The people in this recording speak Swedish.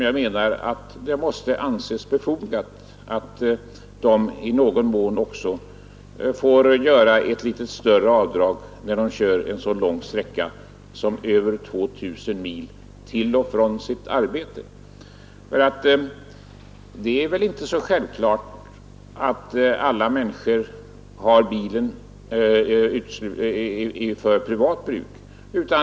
Jag menar att det måste anses befogat att de som kör så lång sträcka som över 2 000 mil till och från sitt arbete får göra ett litet större avdrag. Det är inte självklart att alla människor använder bilen för privat bruk.